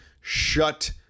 shut